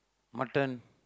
mutton